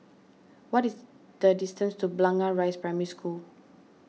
what is the distance to Blangah Rise Primary School